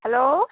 hello